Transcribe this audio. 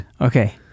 Okay